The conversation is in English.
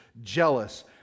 jealous